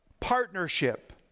partnership